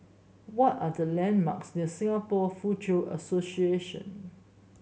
what are the landmarks near Singapore Foochow Association